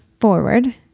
forward